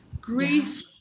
Grief